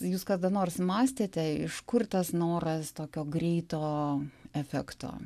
jūs kada nors mąstėte iš kur tas noras tokio greito efekto